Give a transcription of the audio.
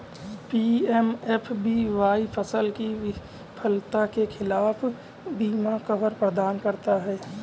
PMFBY फसल की विफलता के खिलाफ बीमा कवर प्रदान करता है